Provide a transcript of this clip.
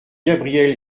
gabriel